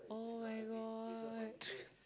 [oh]-my-god